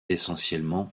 essentiellement